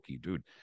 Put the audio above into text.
dude